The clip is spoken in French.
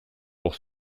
pour